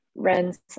rents